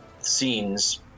scenes